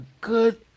good